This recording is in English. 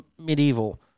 medieval